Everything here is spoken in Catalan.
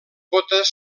botes